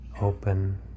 open